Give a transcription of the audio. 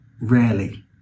rarely